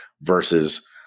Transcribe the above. versus